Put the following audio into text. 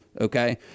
okay